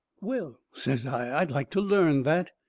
well, says i, i'd like to learn that.